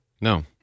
no